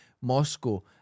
Moscow